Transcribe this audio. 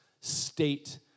state